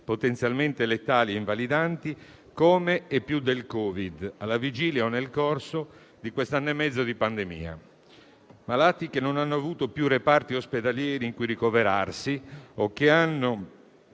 potenzialmente letali e invalidanti come e più del Covid, alla vigilia o nel corso di questo anno e mezzo di pandemia. Si tratta di malati che non hanno avuto più reparti ospedalieri in cui ricoverarsi, o che hanno